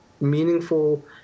meaningful